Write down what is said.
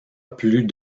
plus